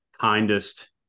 kindest